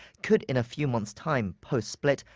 could in a few months time, post-split,